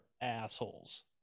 assholes